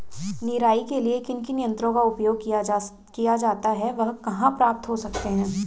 निराई के लिए किन किन यंत्रों का उपयोग किया जाता है वह कहाँ प्राप्त हो सकते हैं?